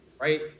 Right